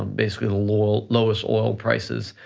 um basically, the lowest lowest oil prices,